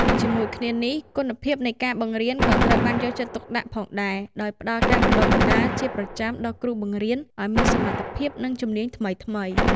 ជាមួយគ្នានេះ គុណភាពនៃការបង្រៀនក៏ត្រូវបានយកចិត្តទុកដាក់ផងដែរ ដោយផ្តល់ការបណ្តុះបណ្តាលជាប្រចាំដល់គ្រូបង្រៀនឱ្យមានសមត្ថភាព និងជំនាញថ្មីៗ។